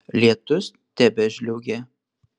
lietus tebežliaugė